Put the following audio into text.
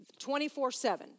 24-7